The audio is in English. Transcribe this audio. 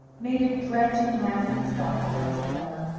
made a drudge and laughing stock of the little fellow.